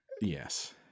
yes